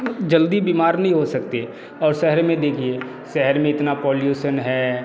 जल्दी बीमार नहीं हो सकते और शहर में देखिए शहर में इतना पोलुशन है